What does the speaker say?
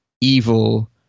evil